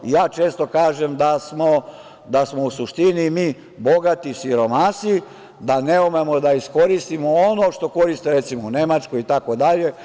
Ja često kažem da smo u suštini mi bogati siromasi, da ne umemo da iskoristimo ono što koriste, recimo u Nemačkoj i tako dalje.